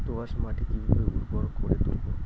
দোয়াস মাটি কিভাবে উর্বর করে তুলবো?